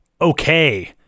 Okay